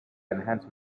enhance